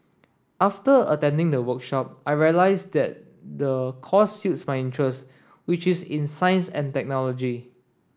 after attending the workshop I realised that the course suits my interest which is in science and technology